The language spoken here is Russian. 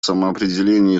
самоопределение